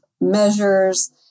measures